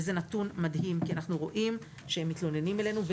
זה נתון מדהים כי אנחנו רואים שהם מתלוננים אלינו.